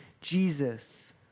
Jesus